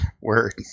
word